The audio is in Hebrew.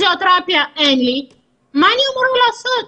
פיזיותרפיה אין לי, מה אני אמורה לעשות?